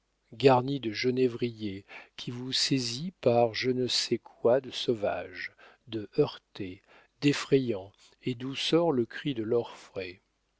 garni de genévriers qui vous saisit par je ne sais quoi de sauvage de heurté d'effrayant et d'où sort le cri de l'orfraie